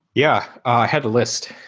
yeah. i have a list.